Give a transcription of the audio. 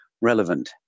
relevant